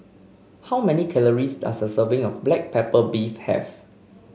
how many calories does a serving of Black Pepper Beef have